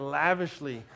lavishly